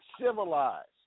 civilized